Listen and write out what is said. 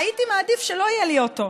הייתי מעדיף שלא יהיה לי אוטו.